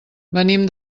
venim